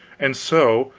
and so,